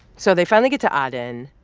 so they finally get to aden.